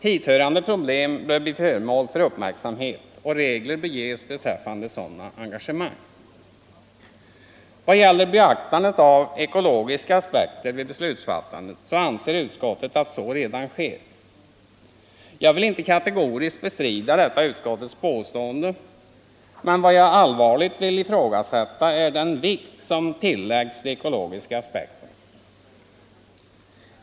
Hithörande problem bör bli föremål för uppmärksamhet, och regler bör ges beträffande sådana engagemang. Vad gäller beaktandet av ekologiska aspekter.vid beslutsfattandet anser utskottet att så redan sker. Jag vill inte kategoriskt bestrida detta utskottets påstående, men vad jag allvarligt vill ifrågasätta är den vikt som tilläggs de ekologiska aspekterna.